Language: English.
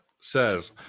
says